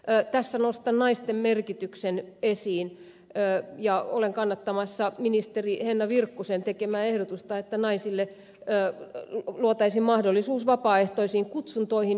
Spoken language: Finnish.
tässä nostan naisten merkityksen esiin ja olen kannattamassa ministeri henna virkkusen tekemää ehdotusta että naisille luotaisiin mahdollisuus vapaaehtoisiin kutsuntoihin